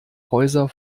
häuser